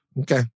okay